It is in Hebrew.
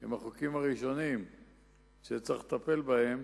הם החוקים הראשונים שצריך לטפל בהם